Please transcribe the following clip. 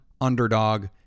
underdog